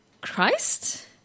Christ